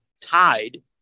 tied